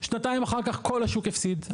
שנתיים אחר כך כל השוק הפסיד.